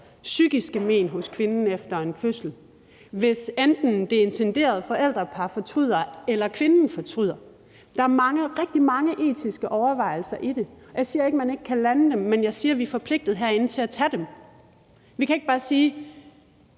psykiske men hos kvinden efter en fødsel, hvis enten det intenderede forældrepar eller kvinden fortryder. Der er rigtig mange etiske overvejelser i det, og jeg siger ikke, at man ikke kan lande dem, men jeg siger også, at vi herinde er forpligtede til at tage dem. Jeg mener i